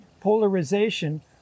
polarization